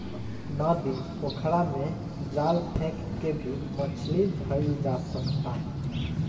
नदी, पोखरा में जाल फेक के भी मछली धइल जा सकता